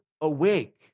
awake